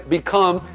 become